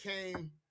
came